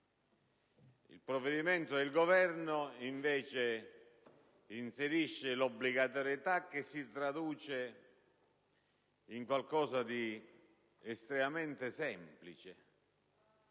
Il provvedimento del Governo invece inserisce l'obbligatorietà, che si traduce in qualcosa di estremamente semplice: